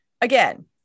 Again